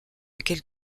lequel